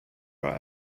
gar